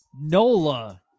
Nola